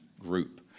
group